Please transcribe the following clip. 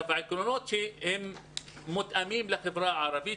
לגבי העקרונות שמותאמים לחברה הערבית.